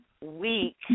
week